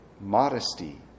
modesty